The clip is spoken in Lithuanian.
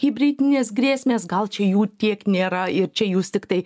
hibridinės grėsmės gal čia jų tiek nėra ir čia jūs tiktai